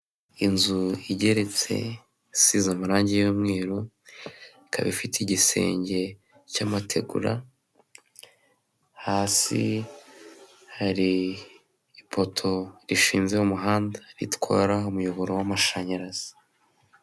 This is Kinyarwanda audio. Inzu igeretse, isize amarangi y'umweru, ikaba ifite igisenge cy'amategura, hasi hari ipoto rishinze mu muhanda, ritwara umuyoboro w'amashanyarazi.